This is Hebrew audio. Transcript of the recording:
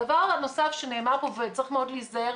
הדבר הנוסף שנאמר פה וצריך מאוד להזהר